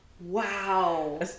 wow